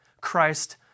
Christ